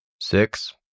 Six